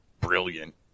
brilliant